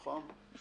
נכון?